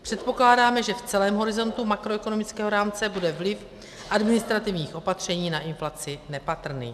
Předpokládáme, že v celém horizontu makroekonomického rámce bude vliv administrativních opatření na inflaci nepatrný.